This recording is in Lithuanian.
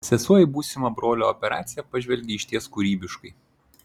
sesuo į būsimą brolio operaciją pažvelgė išties kūrybiškai